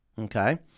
Okay